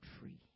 free